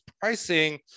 Pricing